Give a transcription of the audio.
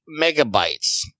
megabytes